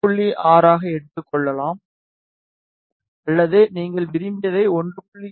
6 ஆக எடுத்துக் கொள்ளலாம் அல்லது நீங்கள் விரும்பியதை 1